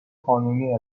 قانونی